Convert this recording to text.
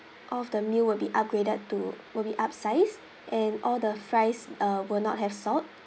all of the meal will be upgraded to will be upsized and all the fries uh will not have salt